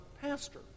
pastor